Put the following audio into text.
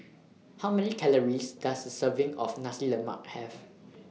How Many Calories Does A Serving of Nasi Lemak Have